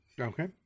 okay